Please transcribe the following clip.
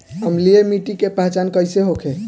अम्लीय मिट्टी के पहचान कइसे होखे?